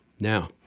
Now